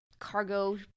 cargo